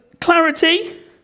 clarity